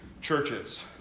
churches